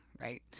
right